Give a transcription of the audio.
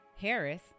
Harris